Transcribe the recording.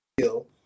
feel